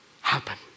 happen